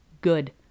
Good